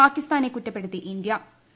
പാകിസ്ഥാനെ കുറ്റപ്പെടുത്തി ഇന്തൃ